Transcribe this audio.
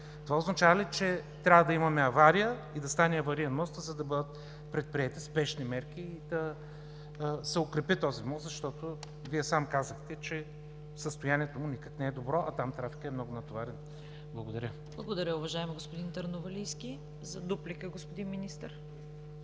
Това означава ли, че трябва да имаме авария и да стане авариен мостът, за да бъдат предприети спешни мерки и да се укрепи този мост, защото Вие сам казахте, че състоянието му никак не е добро, а там трафикът е много натоварен? Благодаря. ПРЕДСЕДАТЕЛ ЦВЕТА КАРАЯНЧЕВА: Благодаря, уважаеми господин Търновалийски. За дуплика – господин Министър.